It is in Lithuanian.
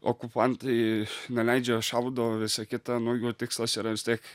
okupantai neleidžia šaudo visa kita nu jų tikslas yra vis tiek